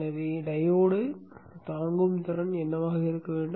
எனவே டையோடு தாங்கும் திறன் என்னவாக இருக்க வேண்டும்